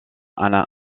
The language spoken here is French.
anna